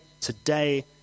today